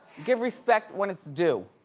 give respect when it's due.